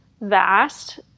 vast